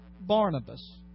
Barnabas